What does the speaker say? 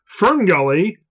Ferngully